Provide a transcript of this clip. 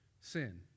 sin